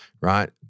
right